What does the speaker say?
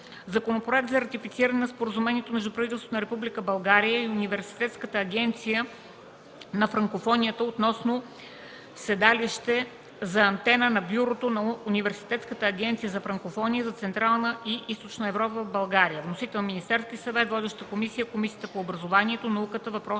Законопроект за ратифициране на Споразумението между правителството на Република България и Университетската агенция на Франкофонията относно седалище за Антена на Бюрото на Университетската агенция на Франкофонията за Централна и Източна Европа в България. Вносител – Министерският съвет. Водеща е Комисията по образованието, науката и въпросите